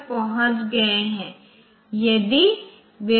तो यह 1 0 0 है और ये बिट्स सभी 0 हैं